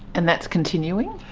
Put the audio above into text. and that's continuing?